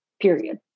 period